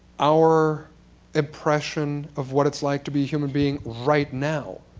our impression of what it's like to be a human being right now.